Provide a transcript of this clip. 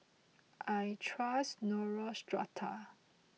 I trust Neostrata